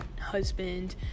husband